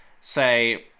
say